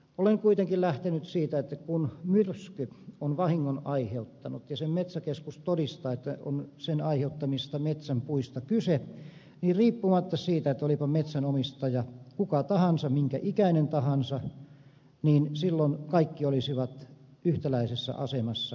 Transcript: olen kuitenkin lähtenyt siitä että kun myrsky on vahingon aiheuttanut ja metsäkeskus todistaa sen että on sen aiheuttamista metsän puista kyse niin riippumatta siitä olipa metsänomistaja kuka tahansa minkä ikäinen tahansa silloin kaikki olisivat yhtäläisessä asemassa